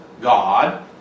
God